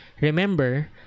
Remember